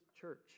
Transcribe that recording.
church